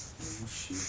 the machine